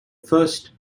first